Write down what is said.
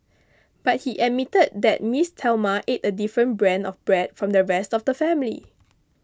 but he admitted that Miss Thelma eat a different brand of bread from the rest of the family